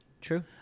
True